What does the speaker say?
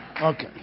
Okay